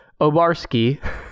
Obarski